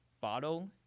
bottle